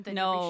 no